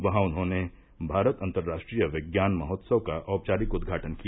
वहां उन्होंने भारत अंतर्राष्ट्रीय विज्ञान महोत्सव का औपचारिक उदघाटन किया